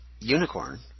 unicorn